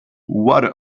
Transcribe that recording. water